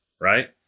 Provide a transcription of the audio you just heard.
right